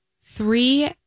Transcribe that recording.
three